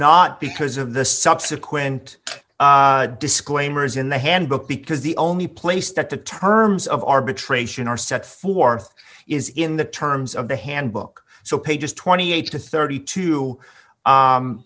not because of the subsequent disclaimers in the handbook because the only place that the terms of arbitration are set forth is in the terms of the handbook so pages twenty eight to thirty two